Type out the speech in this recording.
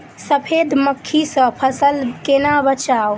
सफेद मक्खी सँ फसल केना बचाऊ?